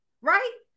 right